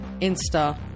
Insta